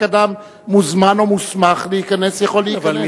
אדם מוזמן או מוסמך להיכנס יכול להיכנס.